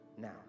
now